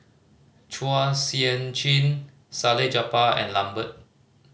Chua Sian Chin Salleh Japar and Lambert